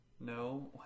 No